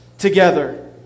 Together